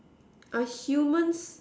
are humans